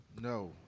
No